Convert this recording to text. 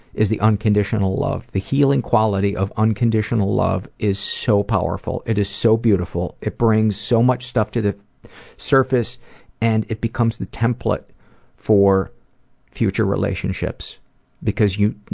is the unconditional love. the healing quality of unconditional love is so powerful, it is so beautiful, it brings so much stuff to the surface and it becomes the template for future relationships because you